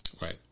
Right